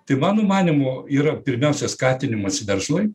tai mano manymu yra pirmiausia skatinimas verslui